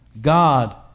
God